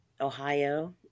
Ohio